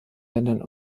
ländern